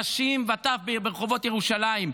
נשים וטף ברחובות ירושלים.